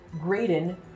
Graydon